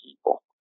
people